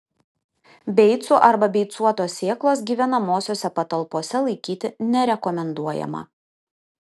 beicų arba beicuotos sėklos gyvenamosiose patalpose laikyti nerekomenduojama